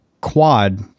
quad